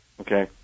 okay